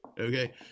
okay